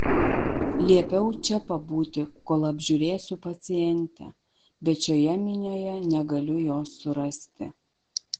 liepiau čia pabūti kol apžiūrėsiu pacientę bet šioje minioje negaliu jos surasti